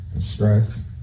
Stress